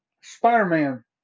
Spider-Man